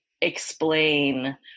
explain